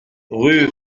rue